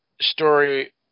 story